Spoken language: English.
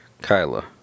Kyla